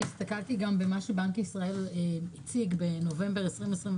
הסתכלתי גם במה שבנק ישראל הציג בנובמבר 2021,